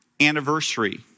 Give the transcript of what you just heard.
anniversary